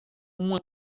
uma